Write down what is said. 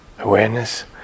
awareness